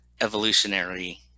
evolutionary